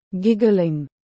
Giggling